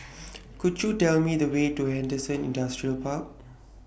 Could YOU Tell Me The Way to Henderson Industrial Park